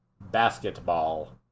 Basketball